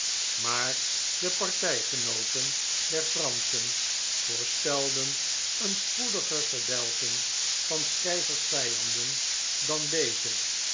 maar de partijgenooten der franschen voorspelden een spoediger verdelging van s keizers vijanden dan deze